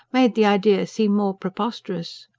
made the idea seem more preposterous.